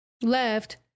left